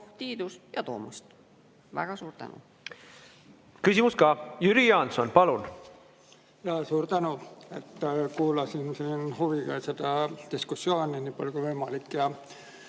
Tiidus ja Toomast. Väga suur tänu! Küsimus ka. Jüri Jaanson, palun! Suur tänu! Kuulasin huviga seda diskussiooni, nii palju kui võimalik